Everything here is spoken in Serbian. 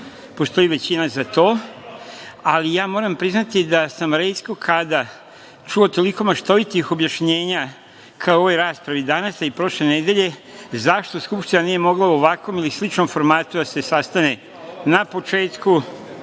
postoji većina za to, ali ja moram priznati, da sam retko kada čuo toliko maštovitih objašnjenja, kao u ovoj raspravi danas i prošle nedelje, zašto Skupština nije mogla u ovakvom ili sličnom formatu da se sastane na početku